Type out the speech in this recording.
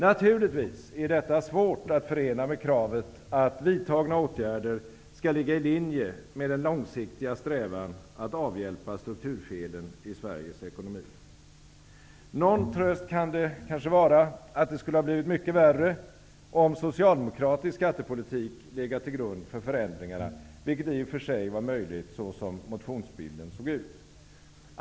Naturligtvis är detta svårt att förena med kravet på att vidtagna åtgärder skall ligga i linje med den långsiktiga strävan att avhjälpa strukturfelen i Någon tröst kan det vara att det skulle ha blivit mycket värre, om socialdemokratisk skattepolitik legat till grund för förändringarna, vilket i och för sig var möjligt så som motionsbilden såg ut.